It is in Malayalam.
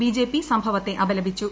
ബി ജെ പി സംഭവത്തെ അപലപിച്ചു